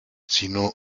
sino